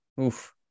oof